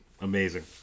amazing